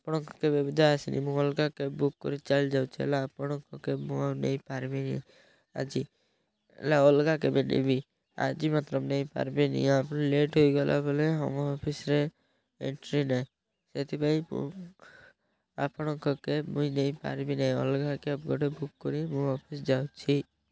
ଆପଣଙ୍କ କ୍ୟାବ୍ ଏବେ ଯାଏଁ ଆସନି ମୁଁ ଅଲଗା କ୍ୟାବ୍ ବୁକ୍ କରି ଚାଲି ଯାଉଛି ହେଲା ଆପଣଙ୍କ କ୍ୟାବ୍ ମୁଁ ଆଉ ନେଇ ପାରିବିନି ଆଜି ହେଲା ଅଲଗା କେବେ ନେବି ଆଜି ମାତ୍ର ମୁଁ ନେଇ ପାରିବିନି ଆପଣ ଲେଟ୍ ହେଇଗଲା ବେଲେ ଆମ ଅଫିସ୍ରେ ଏଣ୍ଟ୍ରି ନାହିଁ ସେଥିପାଇଁ ମୁଁ ଆପଣଙ୍କ କ୍ୟାବ୍ ମୁଇଁ ନେଇ ପାରିବି ନାଇଁ ଅଲଗା କ୍ୟାବ୍ ଗୋଟେ ବୁକ୍ କରି ମୁଁ ଅଫିସ୍ ଯାଉଛି